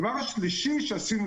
הדבר השלישי שעשינו,